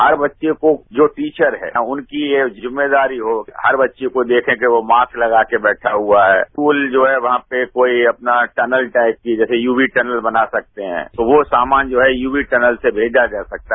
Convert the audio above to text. हर बच्चे को जो वहां टीचर है उनकी यह जिम्मेदारी हो हर बच्चे को देखे कि वो मास्क लगाके बैठा हुआ है स्कूल जो है वहां पर कोई अपना टर्नल टाइप की जैसे यूबी टर्नल बना सकते हैं तो वो समान जो है यूबी टर्नल से भेजा जा सकता है